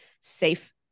safe